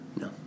No